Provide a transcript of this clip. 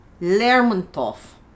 Lermontov